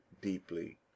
deeply